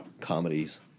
comedies